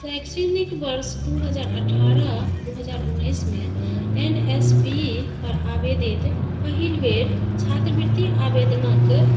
शैक्षणिक वर्ष दू हजार अठारह दू हजार उन्नैस मे एन एस पी पर आवेदित पहिल बेर छात्रवृति आवेदनक